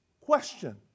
Question